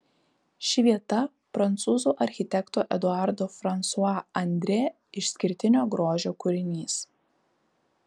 ši vieta prancūzų architekto eduardo fransua andrė išskirtinio grožio kūrinys